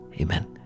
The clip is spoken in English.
Amen